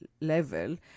level